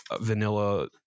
vanilla